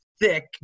thick